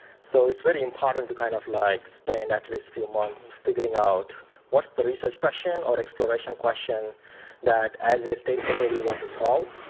so it's really important to kind of like spend at least few months figuring out what's the research question, or exploration question that as a stakeholder, we want to solve,